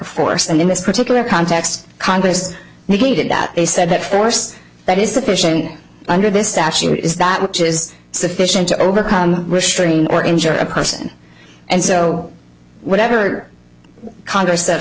force and in this particular context congress needed that they said that force that is sufficient under this statute is that which is sufficient to overcome restrain or injure a person and so whatever congress